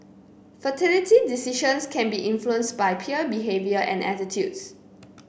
fertility decisions can be influenced by peer behaviour and attitudes